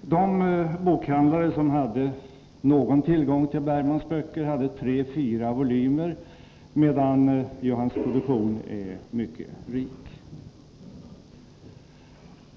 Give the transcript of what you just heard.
De bokhandlare som hade någon tillgång till Bergmans böcker hade tre fyra volymer, medan hans produktion är mycket rik.